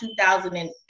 2008